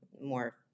more